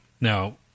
Now